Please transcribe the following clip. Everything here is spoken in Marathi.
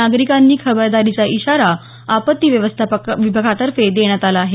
नागरिकांना खबरदारीचा इशारा आपत्ती व्यवस्थापन विभागातर्फे देण्यात आला आहे